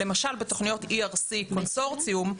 למשל בתוכניות ERC קונסורציום,